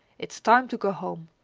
it's time to go home.